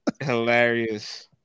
hilarious